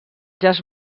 jazz